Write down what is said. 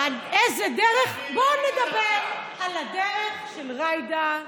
בוא נדבר על הדרך של ג'ידא זועבי,